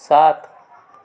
सात